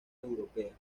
europea